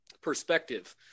perspective